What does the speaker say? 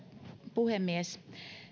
puhemies